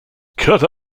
cut